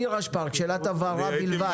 נירה שפק, שאלת הבהרה בלבד.